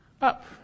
up